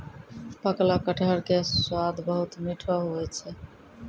पकलो कटहर के स्वाद बहुत मीठो हुवै छै